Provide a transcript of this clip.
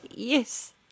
Yes